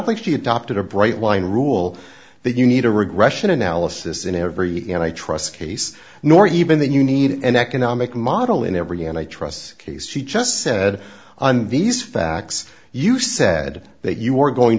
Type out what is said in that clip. like she adopted a bright line rule that you need a regression analysis in every and i trust case nor even that you need an economic model in every and i trust case she just said on these facts you said that you were going